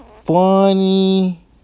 funny